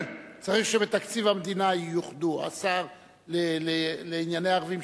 צריך שבתקציב המדינה יאוחדו השר לענייני ערבים,